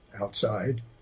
outside